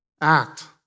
act